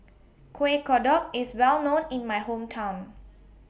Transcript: Kueh Kodok IS Well known in My Hometown